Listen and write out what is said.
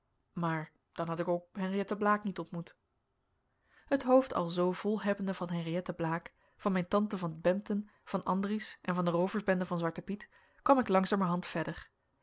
maar dan had ik ook henriëtte blaek niet ontmoet het hoofd alzoo vol hebbende van henriëtte blaek van mijn tante van bempden van andries en van de rooversbende van zwarten piet kwam ik langzamerhand verder